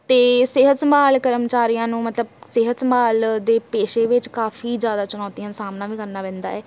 ਅਤੇ ਸਿਹਤ ਸੰਭਾਲ ਕਰਮਚਾਰੀਆਂ ਨੂੰ ਮਤਲਬ ਸਿਹਤ ਸੰਭਾਲ ਦੇ ਪੇਸ਼ੇ ਵਿੱਚ ਕਾਫ਼ੀ ਜ਼ਿਆਦਾ ਚੁਣੌਤੀਆਂ ਦਾ ਸਾਹਮਣਾ ਵੀ ਕਰਨਾ ਪੈਂਦਾ ਹੈ